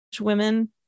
women